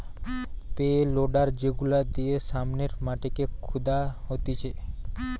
pay loader যেগুলা দিয়ে সামনের মাটিকে খুদা হতিছে